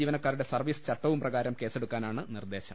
ജീവനക്കാരുടെ സർവീസ് ചട്ടപ്രകാരവും കേസെടുക്കാനാണ് നിർദേശം